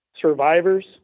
survivors